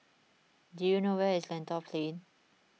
do you know where is Lentor Plain